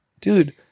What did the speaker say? dude